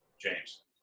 James